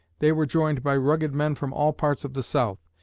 they were joined by rugged men from all parts of the south.